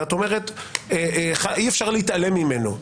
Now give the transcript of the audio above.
ואת אומרת שאי-אפשר להתעלם ממנו.